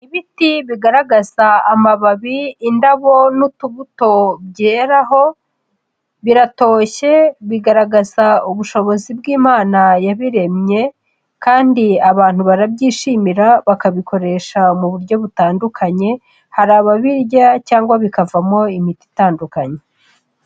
Ibiti bigaragaza amababi, indabo n'utubuto byeraho, biratoshye, bigaragaza ubushobozi bw'Imana yabiremye kandi abantu barabyishimira bakabikoresha mu buryo butandukanye, hari ababirya cyangwa bikavamo imiti itandukanye.